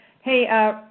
Hey